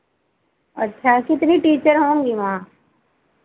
अच्छा कितनी टीचर होंगी वहाँ